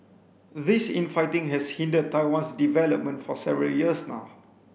this infighting has hindered Taiwan's development for several years now